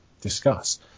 discuss